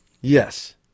Yes